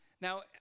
Now